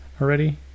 already